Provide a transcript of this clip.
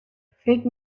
فکر